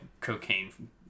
cocaine